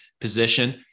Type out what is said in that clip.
position